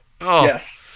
Yes